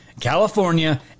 California